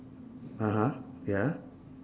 (uh huh) ya